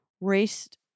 raced